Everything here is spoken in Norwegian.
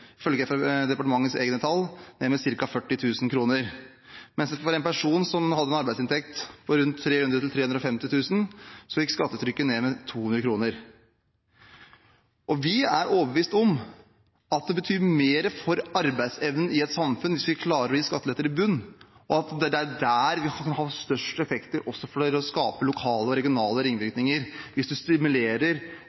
departementets egne tall – ned med ca. 40 000 kr, mens skattetrykket for en person med en arbeidsinntekt på 300 000–350 000 kr gikk ned med 200 kr. Vi er overbevist om at det betyr mer for arbeidsevnen i et samfunn hvis vi klarer å gi skattelette i bunnen. Det vil også gi størst effekt når det gjelder å skape lokale og regionale